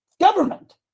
government